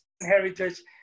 heritage